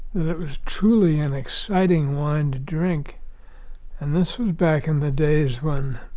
it was truly an exciting wine to drink and this was back in the days when